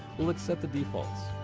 we'll accept the defaults.